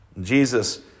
Jesus